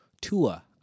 Tua